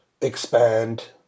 expand